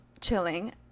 chilling